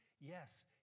Yes